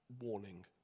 warning